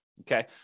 Okay